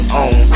on